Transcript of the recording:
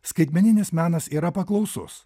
skaitmeninis menas yra paklausus